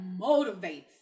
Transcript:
motivates